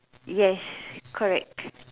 yes correct